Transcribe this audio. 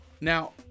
Now